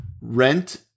rent